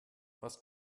was